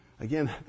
Again